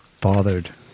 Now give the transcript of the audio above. bothered